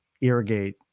irrigate